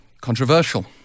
controversial